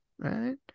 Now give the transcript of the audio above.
Right